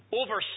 over